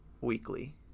weekly